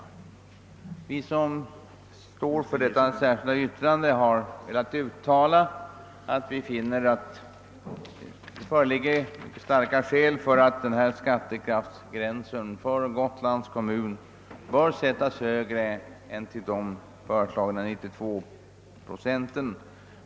Vi som står bakom det särskilda yttrandet har velat uttala, att det enligt vår mening föreligger starka motiv för att sätta skattekraftsgränsen för Gotlands kommun högre än föreslagna 92 procent.